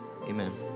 amen